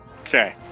Okay